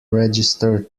register